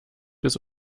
bis